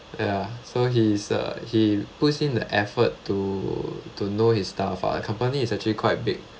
ya so he is uh he puts in the effort to to know his staff ah the company is actually quite big